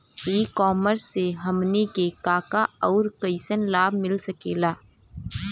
E commerce से हमनी के का का अउर कइसन लाभ मिल सकेला?